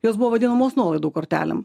jos buvo vadinamos nuolaidų kortelėm